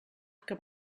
que